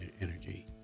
energy